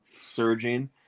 surging